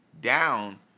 down